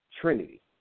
trinity